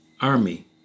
army